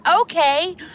Okay